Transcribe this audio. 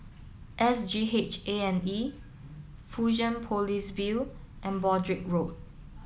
S G H A and E Fusionopolis View and Broadrick Road